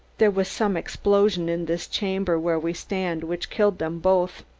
there was some explosion in this chamber where we stand which killed them both,